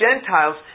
Gentiles